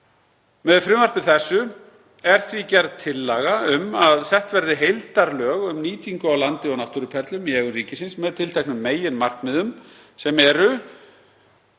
Með frumvarpi þessu er því gerð tillaga um að sett verði heildarlög um nýtingu á landi og náttúruperlum í eigu ríkisins með tilteknum meginmarkmiðum sem eru: